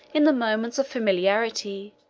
in the moments of familiarity,